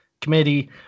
Committee